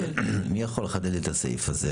מי יכול לחדד לי את הסעיף הזה?